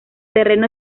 terreno